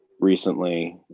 recently